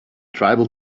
tribal